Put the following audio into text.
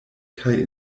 kaj